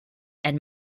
and